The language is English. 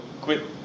quit